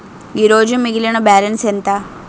ఈరోజు మిగిలిన బ్యాలెన్స్ ఎంత?